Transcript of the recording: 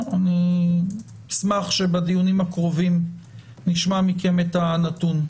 אשמח שבדיונים הקרובים נשמע מכם את הנתון.